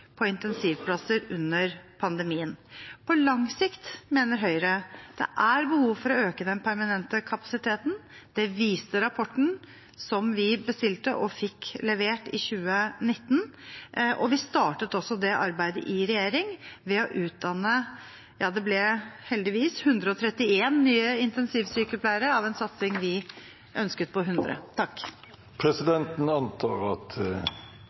på intensivplasser under pandemien. På lang sikt mener Høyre det er behov for å øke den permanente kapasiteten. Det viste rapporten som vi bestilte og fikk levert i 2019, og vi startet også det arbeidet i regjering ved å utdanne – ja, det ble heldigvis 131 nye intensivsykepleiere av en satsing vi ønsket, på 100. Presidenten antar at